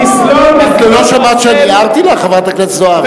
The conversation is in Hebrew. את לא שמעת שהערתי לך, חברת הכנסת זוארץ?